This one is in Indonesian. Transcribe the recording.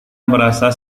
merasa